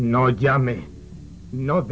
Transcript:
no no